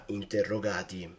interrogati